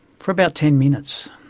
for about ten minutes,